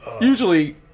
usually